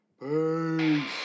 peace